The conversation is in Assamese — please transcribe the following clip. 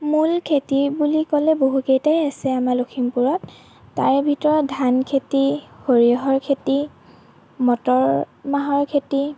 মূল খেতি বুলি ক'লে বহুকেইটাই আছে আমাৰ লক্ষীমপুৰত তাৰে ভিতৰত ধান খেতি সৰিয়হৰ খেতি মটৰ মাহৰ খেতি